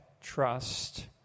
trust